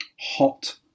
Hot